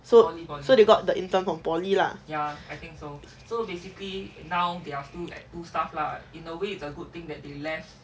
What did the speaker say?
so they've got the intern from poly lah